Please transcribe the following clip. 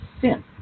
sin